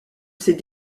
ses